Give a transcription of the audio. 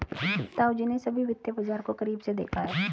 ताऊजी ने सभी वित्तीय बाजार को करीब से देखा है